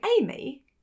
Amy